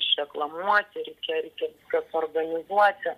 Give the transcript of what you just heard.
išreklamuoti reikia reikia čia suorganizuoti